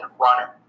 runner